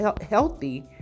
healthy